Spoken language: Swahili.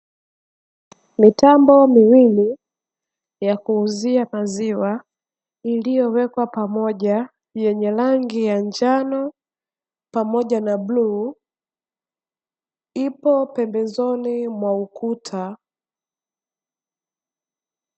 Mitambo miwili ya kuuzia maziwa iliyowekwa pamoja, yenye rangi ya njano pamoja na bluu ipo pembezoni mwa ukuta.